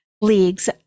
leagues